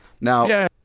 Now